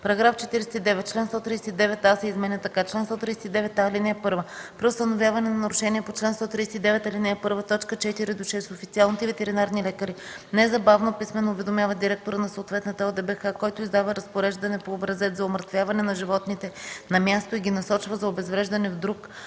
49: „§ 49. Член 139а се изменя така: „Чл. 139а. (1) При установяване на нарушение по чл. 139, ал. 1, т. 4-6 официалните ветеринарни лекари незабавно писмено уведомяват директора на съответната ОДБХ, който издава разпореждане по образец за умъртвяване на животните на място и ги насочва за обезвреждане в обект